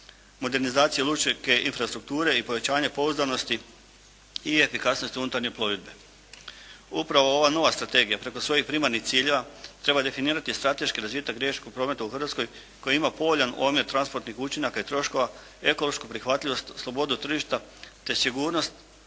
modernizacija lučke infrastrukture i povećanja pouzdanosti i efikasnosti unutarnje plovidbe. Upravo ova nova strategija preko svojih primarnih ciljeva treba definirati strateški razvitak riječkog prometa u Hrvatskoj koji ima povoljan omjer transportnih učinaka i troškova, ekološku prihvatljivost, slobodu tržišta, te sigurnost